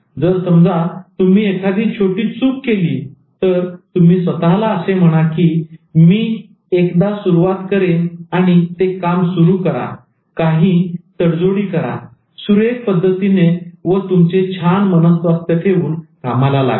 जर समजा तुम्ही एखादी छोटी चूक केली तर तुम्ही स्वतःला असे म्हणा की मी ना एकदा सुरुवात करेन आणि ते काम सुरू करा काही तडजोडी करा सुरेख पद्धतीने व तुमचे छान मनस्वास्थ्य ठेवून कामाला लागा